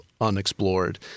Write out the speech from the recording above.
unexplored